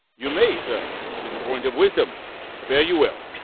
you may, sir tis a point of wisdom fare you well.